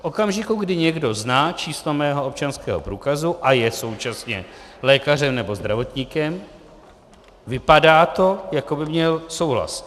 V okamžiku, kdy někdo zná číslo mého občanského průkazu a je současně lékařem nebo zdravotníkem, vypadá to, jako by měl souhlas.